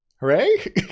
hooray